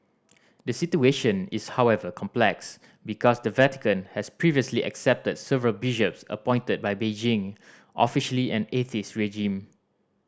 the situation is however complex because the Vatican has previously accepted several bishops appointed by Beijing officially an atheist regime